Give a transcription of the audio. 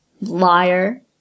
Liar